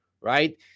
right